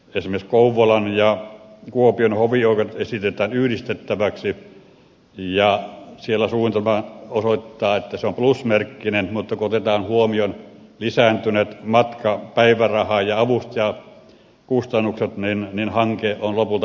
esimerkiksi kouvolan ja kuopion hovioikeudet esitetään yhdistettäväksi ja siellä suunnitelma osoittaa että se on plusmerkkinen mutta kun otetaan huomioon lisääntyneet mat ka päiväraha ja avustajakustannukset niin hanke on lopulta miinusmerkkinen